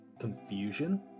confusion